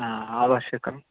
आवश्यकम्